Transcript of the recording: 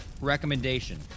recommendation